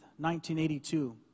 1982